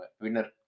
winner